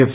F